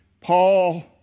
Paul